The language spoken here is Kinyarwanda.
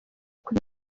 kuri